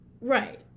right